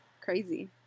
Crazy